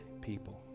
people